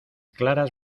claras